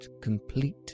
complete